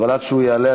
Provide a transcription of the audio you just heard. אבל עד שהוא יעלה,